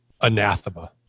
anathema